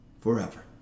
forever